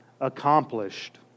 accomplished